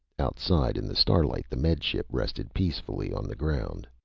outside in the starlight the med ship rested peacefully on the ground.